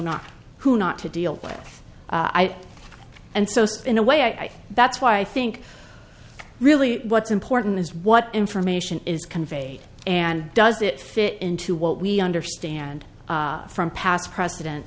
not who not to deal with and so in a way i think that's why i think really what's important is what information is conveyed and does that fit into what we understand from past president